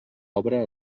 obra